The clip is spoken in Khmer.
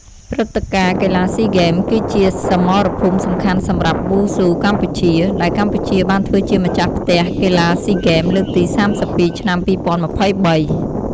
ព្រឹត្តិការណ៍ កីឡាស៊ីហ្គេមគឺជាសមរភូមិសំខាន់សម្រាប់វ៉ូស៊ូកម្ពុជា។ ដែលកម្ពុជាបានធ្វើជាម្ចាស់ផ្ទះកីឡាស៊ីហ្គេមលើកទី៣២ ឆ្នាំ២០២៣។